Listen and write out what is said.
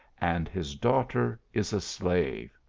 and his daughter is a slave.